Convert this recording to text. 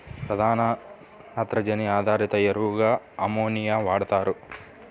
ప్రధాన నత్రజని ఆధారిత ఎరువుగా అమ్మోనియాని వాడుతారు